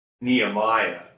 Nehemiah